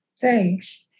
thanks